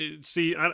see